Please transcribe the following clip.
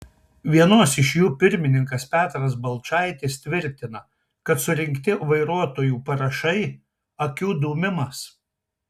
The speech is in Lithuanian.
vienos iš jų pirmininkas petras balčaitis tvirtina kad surinkti vairuotojų parašai akių dūmimas